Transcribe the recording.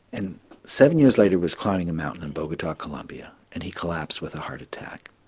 and seven years later was climbing a mountain in bogota, columbia, and he collapsed with a heart attack.